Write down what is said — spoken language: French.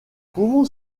pouvons